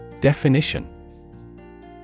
Definition